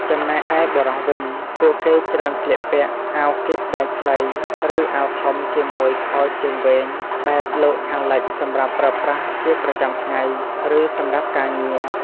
ចំណែកឯបុរសវិញ ពួកគេច្រើនស្លៀកពាក់ អាវគីបដៃខ្លី ឬអាវធំជាមួយខោជើងវែងបែបលោកខាងលិចសម្រាប់ប្រើប្រាស់ជាប្រចាំថ្ងៃ ឬសម្រាប់ការងារ។